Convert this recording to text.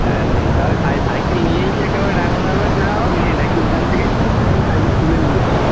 হ্যাঁ সেই তাহলে সাই সাইকেল নিয়েই কি একেবারে ডায়মন্ড হারবার যাওয়া হবে না কি ওখান থেকেই কুভ্যান্টে করে সাইকেল তুলে নিয়ে যাওয়া হবে